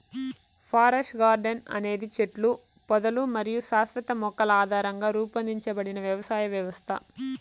forest garden అనేది చెట్లు, పొదలు మరియు శాశ్వత మొక్కల ఆధారంగా రూపొందించబడిన వ్యవసాయ వ్యవస్థ